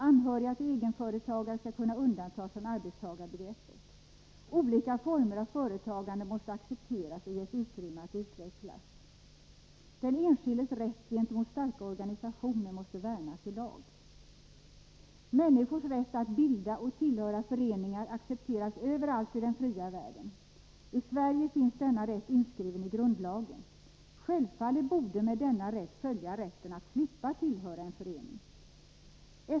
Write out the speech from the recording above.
Anhöriga till egenföretagare skall kunna undantas från arbetstagarbegreppet. Olika former av företagande måste accepteras och ges utrymme att utvecklas. Den enskildes rätt gentemot starka organisationer måste värnas i lag. Människors rätt att bilda och tillhöra föreningar accepteras överallt i den fria världen. I Sverige finns denna rätt inskriven i grundlagen. Självfallet borde med denna rätt följa rätten att slippa tillhöra en förening.